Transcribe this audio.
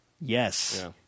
Yes